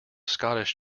scottish